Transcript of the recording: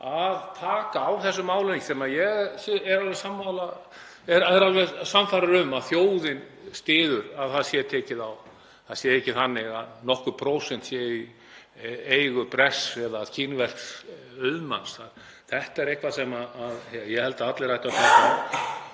að taka á þessu máli? Ég er alveg sannfærður um að þjóðin styður að það sé tekið á þessu, það sé ekki þannig að nokkur prósent séu í eigu bresks eða kínversks auðmanns. Þetta er eitthvað sem ég held að allir ættu að vera